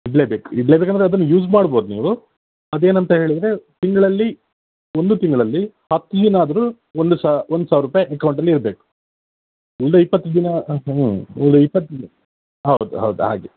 ಇಡಲೇಬೇಕು ಇಡಲೇಬೇಕೆಂದರೆ ಅದನ್ನು ಯೂಸ್ ಮಾಡಬಹುದು ನೀವು ಅದೇನಂತ ಹೇಳಿದರೆ ತಿಂಗಳಲ್ಲಿ ಒಂದು ತಿಂಗಳಲ್ಲಿ ಹತ್ತು ದಿನ ಆದರೂ ಒಂದು ಸಾ ಒಂದು ಸಾವಿರ ರೂಪಾಯಿ ಅಕೌಂಟಲ್ಲಿ ಇರಬೇಕು ಇಲ್ಲದೆ ಇಪ್ಪತ್ತು ದಿನ ಇಲ್ಲದೆ ಇಪ್ಪತ್ತು ಹೌದು ಹೌದು ಹಾಗೆ